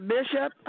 Bishop